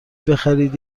بخرید